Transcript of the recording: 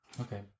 Okay